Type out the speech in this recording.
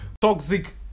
toxic